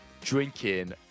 drinking